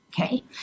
Okay